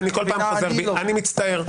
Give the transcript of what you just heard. אני מצטער,